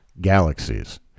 galaxies